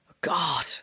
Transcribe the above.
God